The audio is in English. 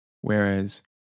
whereas